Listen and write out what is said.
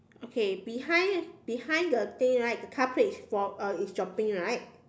okay behind behind the thing right the car plate is fall uh is dropping right